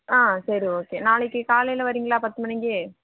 ஆ சரி ஓகே நாளைக்கு காலையில் வரீங்களா பத்து மணிக்கு